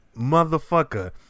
motherfucker